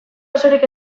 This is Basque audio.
osorik